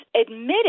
admitted